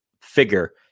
figure